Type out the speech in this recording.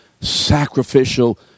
sacrificial